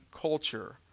culture